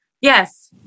Yes